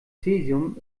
cäsium